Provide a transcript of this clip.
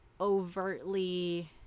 overtly